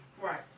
Right